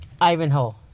Ivanhoe